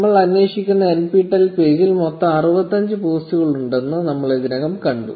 നമ്മൾ അന്വേഷിക്കുന്ന NPTEL പേജിൽ മൊത്തം 65 പോസ്റ്റുകൾ ഉണ്ടെന്ന് നമ്മൾ ഇതിനകം കണ്ടു